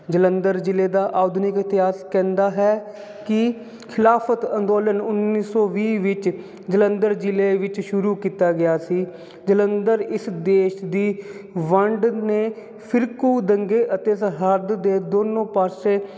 ਜਲੰਧਰ ਜ਼ਿਲ੍ਹੇ ਦਾ ਆਧੁਨਿਕ ਇਤਿਹਾਸ ਕਹਿੰਦਾ ਹੈ ਕਿ ਖਿਲਾਫਤ ਅੰਦੋਲਨ ਉੱਨੀ ਸੋ ਵੀਹ ਵਿੱਚ ਜਲੰਧਰ ਜ਼ਿਲ੍ਹੇ ਵਿੱਚ ਸ਼ੁਰੂ ਕੀਤਾ ਗਿਆ ਸੀ ਜਲੰਧਰ ਇਸ ਦੇਸ਼ ਦੀ ਵੰਡ ਨੇ ਫਿਰਕੂ ਦੰਗੇ ਅਤੇ ਸਰਹੱਦ ਦੇ ਦੋਨੋਂ ਪਾਸੇ